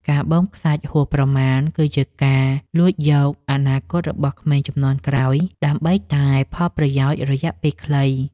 ការបូមខ្សាច់ហួសប្រមាណគឺជាការលួចយកអនាគតរបស់ក្មេងជំនាន់ក្រោយដើម្បីតែផលប្រយោជន៍រយៈពេលខ្លី។